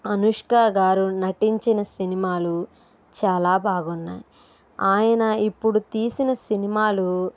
ఆయనా తో పాటు అనుష్క గారు నటించిన సినిమాలు చాలా బాగున్నయి ఆయన ఇప్పుడు తీసిన సినిమాలు